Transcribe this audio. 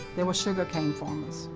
they were sugarcane farmers.